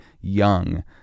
young